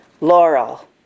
Laurel